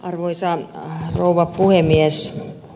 arvoisa rouva puhemies